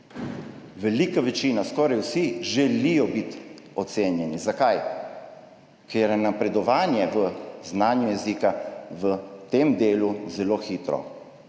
Velika večina, skoraj vsi želijo biti ocenjeni. Zakaj? Ker je napredovanje v znanju jezika v tem delu zelo hitro